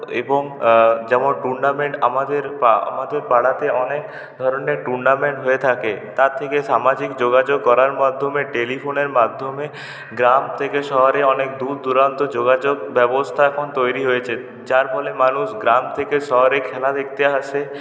এবং যেমন টুর্নামেন্ট আমাদের পা আমাদের পাড়াতে অনেক ধরনের টুর্নামেন্ট হয়ে থাকে তার থেকে সামাজিক যোগাযোগ করার মাধ্যমে টেলিফোনের মাধ্যমে গ্রাম থেকে শহরে অনেক দূর দুরান্ত যোগাযোগ ব্যবস্থা এখন তৈরি হয়েছে যার ফলে মানুষ গ্রাম থেকে শহরে খেলা দেখতে আসে